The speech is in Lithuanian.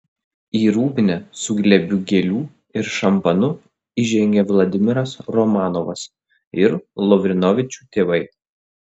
į rūbinę su glėbiu gėlių ir šampanu įžengė vladimiras romanovas ir lavrinovičių tėvai